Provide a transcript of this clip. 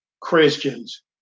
Christians